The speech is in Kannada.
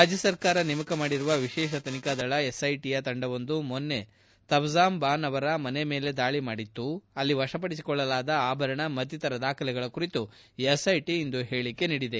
ರಾಜ್ಯ ಸರ್ಕಾರ ನೇಮಕ ಮಾಡಿರುವ ವಿಶೇಷ ತನಿಖಾ ದಳ ಎಸ್ಐಟಿಯ ತಂಡವೊಂದು ಮೊನ್ನೆ ತಬಸುಂಬಾನು ಅವರ ಮನೆ ಮೇಲೆ ದಾಳಿ ಮಾಡಿತ್ತುಅಲ್ಲಿ ವಶಪಡಿಸಿಕೊಳ್ಳಲಾದ ಆಭರಣ ಮತ್ತಿತರ ದಾಖಲೆಗಳ ಕುರಿತು ಎಸ್ಐಟಿ ಇಂದು ಹೇಳಿಕೆ ನೀಡಿದೆ